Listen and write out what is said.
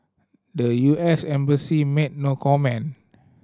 the U S embassy made no comment